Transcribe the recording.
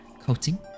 coating